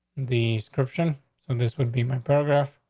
the description. so this would be my paragraph.